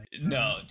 No